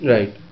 Right